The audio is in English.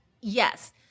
yes